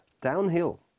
downhill